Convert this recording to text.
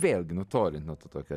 vėlgi nutolint nuo to tokio